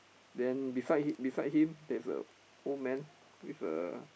then beside him beside him there's a old man with a